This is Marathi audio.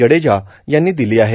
जडेजा यांनी दिली आहे